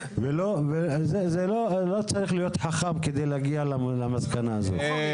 לא צריך להיות חכם כדי להגיע למסקנה הזאת.